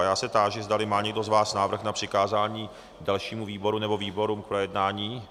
A já se táži, zdali má někdo z vás návrh na přikázání dalšímu výboru nebo výborům k projednání.